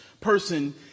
person